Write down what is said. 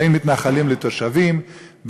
בין מתנחלים לתושבים,